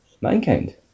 Mankind